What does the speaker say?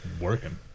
working